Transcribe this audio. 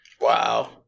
Wow